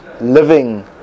living